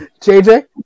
JJ